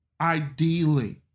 ideally